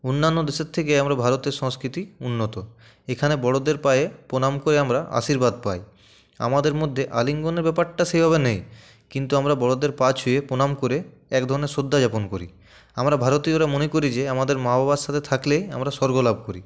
অন্যান্য দেশের থেকে আমাদের ভারতের সংস্কৃতি উন্নত এখানে বড়দের পায়ে প্রণাম করে আমরা আশীর্বাদ পাই আমাদের মধ্যে আলিঙ্গনের ব্যাপারটা সেভাবে নেই কিন্তু আমরা বড়দের পা ছুঁয়ে প্রণাম করে এক ধরনের শ্রদ্ধা জ্ঞাপন করি আমরা ভারতীয়রা মনে করি যে আমাদের মা বাবার সাথে থাকলেই আমরা স্বর্গ লাভ করি